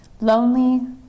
lonely